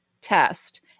test